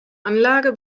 anlage